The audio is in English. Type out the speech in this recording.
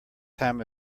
time